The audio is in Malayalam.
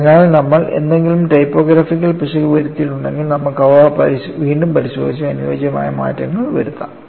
അതിനാൽ നമ്മൾ എന്തെങ്കിലും ടൈപ്പോഗ്രാഫിക്കൽ പിശക് വരുത്തിയിട്ടുണ്ടെങ്കിൽ നമുക്ക് അവ വീണ്ടും പരിശോധിച്ച് അനുയോജ്യമായ മാറ്റങ്ങൾ വരുത്താം